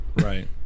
right